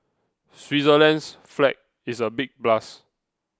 Switzerland's flag is a big plus